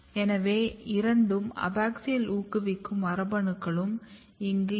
எனவே இரண்டும் அபாக்சியல் ஊக்குவிக்கும் மரபணுக்களும் இங்கு இல்லை